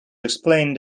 explained